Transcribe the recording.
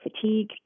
fatigue